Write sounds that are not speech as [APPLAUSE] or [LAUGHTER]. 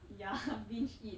ya [LAUGHS] binge eat